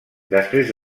després